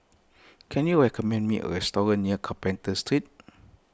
can you recommend me a restaurant near Carpenter Street